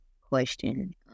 question